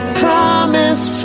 promise